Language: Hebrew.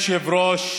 אדוני היושב-ראש,